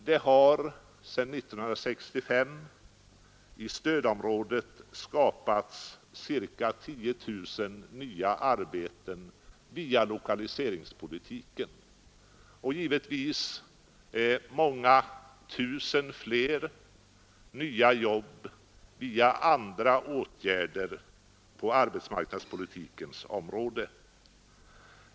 Det har sedan 1965 i stödområdet skapats ca 10 000 nya arbeten via lokaliseringspolitiken och givetvis många tusen fler nya jobb via andra åtgärder på arbetsmarknadspolitikens område.